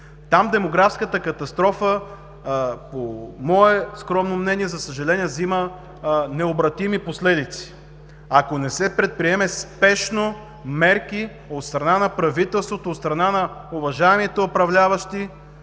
там демографската катастрофа, за съжаление, взима необратими последици, ако не се предприемат спешно мерки от страна на правителството, от страна на уважаемите управляващи